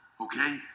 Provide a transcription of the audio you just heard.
okay